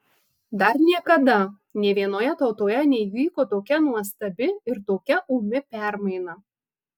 dar niekada nė vienoje tautoje neįvyko tokia nuostabi ir tokia ūmi permaina